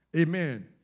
Amen